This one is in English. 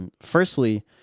Firstly